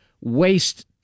waste